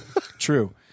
True